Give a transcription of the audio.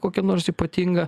kokia nors ypatinga